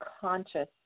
conscious